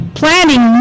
planning